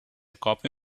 copy